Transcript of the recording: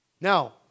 Now